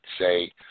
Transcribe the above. say